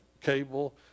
cable